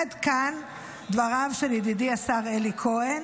עד כאן דבריו של ידידי השר אלי כהן,